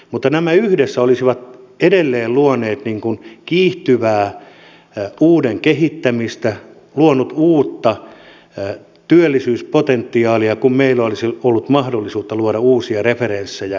mutta nämä yhdessä olisivat edelleen luoneet kiihtyvää uuden kehittämistä luoneet uutta työllisyyspotentiaalia kun meillä olisi ollut mahdollisuutta luoda uusia referenssejä tähän maahan